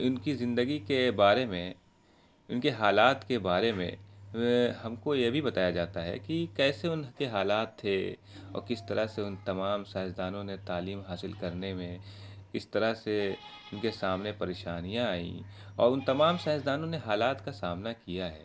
ان کی زندگی کے بارے میں ان کے حالات کے بارے میں ہم کو یہ بھی بتایا جاتا ہے کہ کیسے ان کے حالات تھے اور کس طرح سے ان تمام سائنسدانوں نے تعلیم حاصل کرنے میں کس طرح سے ان کے سامنے پریشانیاں آئیں اور ان تمام سائنسدانوں نے حالات کا سامنا کیا ہے